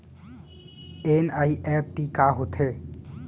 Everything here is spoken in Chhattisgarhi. एन.ई.एफ.टी का होथे?